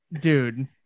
dude